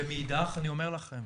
ומאידך אני אומר לכם,